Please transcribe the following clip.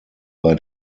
bei